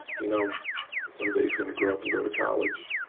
you know some days gonna grow up and go to college?